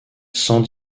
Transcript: sans